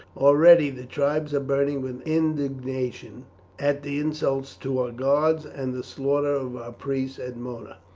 already the tribes are burning with indignation at the insults to our gods and the slaughter of our priests at mona,